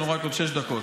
יש לנו רק עוד שש דקות,